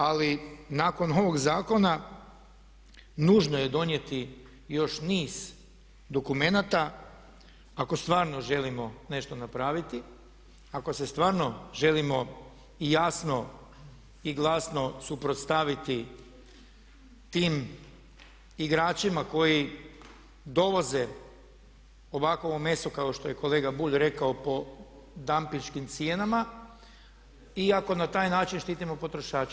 Ali, nakon ovog zakona nužno je donijeti još niz dokumenata ako stvarno želimo nešto napraviti, ako se stvarno želimo i jasno i glasno suprotstaviti tim igračima koji dovoze ovakvo meso kao što je kolega Bulj rekao po dampeškim cijenama i ako na taj način štitimo potrošače.